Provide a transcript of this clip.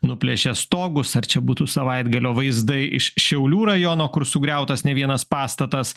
nuplėšė stogus ar čia būtų savaitgalio vaizdai iš šiaulių rajono kur sugriautas ne vienas pastatas